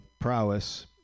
prowess